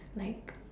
like